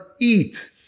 eat